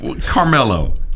Carmelo